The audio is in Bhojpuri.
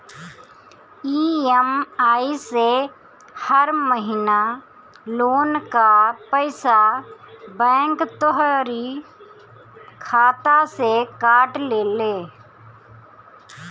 इ.एम.आई से हर महिना लोन कअ पईसा बैंक तोहरी खाता से काट लेले